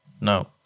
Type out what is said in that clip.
No